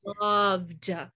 Loved